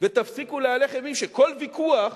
ותפסיקו להלך אימים, שכל ויכוח